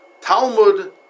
Talmud